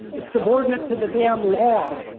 is subordinate to the damn law.